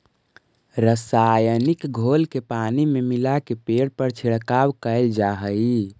रसायनिक घोल के पानी में मिलाके पेड़ पर छिड़काव कैल जा हई